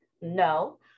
No